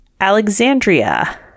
Alexandria